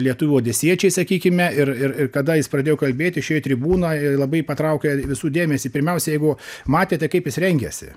lietuvių odesiečiai sakykime ir ir ir kada jis pradėjo kalbėt išėjo į tribūną labai patraukia visų dėmesį pirmiausia jeigu matėte kaip jis rengėsi